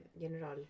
General